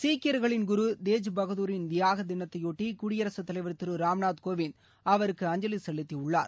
சீக்கியர்களின் குரு தேஜ் பகதுரின் தியாக தினத்தையொட்டி குடியரசுத்தலைவர் திரு ராம் நாத் கோவிந்த் அவருக்கு அஞ்சலி செலுத்தியுள்ளார்